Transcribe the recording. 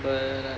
but